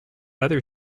other